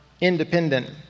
independent